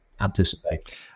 anticipate